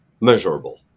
measurable